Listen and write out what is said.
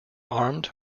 armed